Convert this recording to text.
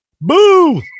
Boo